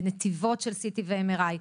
בנתיבות CT ו-MRI,